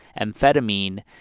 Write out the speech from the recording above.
amphetamine